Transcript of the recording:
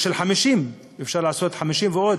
יש של 50, אפשר לעשות 50 ועוד,